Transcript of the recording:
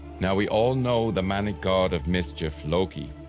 now we all know the manic god of mischief loki.